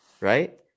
right